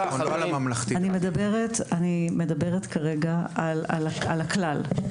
אני מדברת, כרגע, על הכלל.